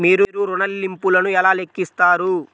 మీరు ఋణ ల్లింపులను ఎలా లెక్కిస్తారు?